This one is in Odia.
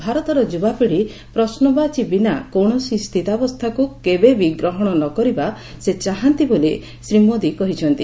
ଭାରତର ଯୁବାପିଢି ପ୍ରଶ୍ନବାଚୀ ବିନା କୌଣସି ସ୍ଥିତାବସ୍ଥାକୁ କେବେ ବି ଗ୍ରହଣ ନ କରିବା ସେ ଚାହାନ୍ତି ବୋଲି ଶ୍ରୀ ମୋଦି କହିଛନ୍ତି